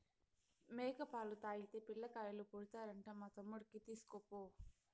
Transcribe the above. మేక పాలు తాగితే పిల్లకాయలు పుడతారంట మా తమ్ముడికి తీస్కపో